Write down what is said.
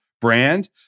brand